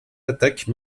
attaques